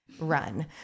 run